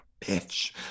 bitch